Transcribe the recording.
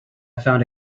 found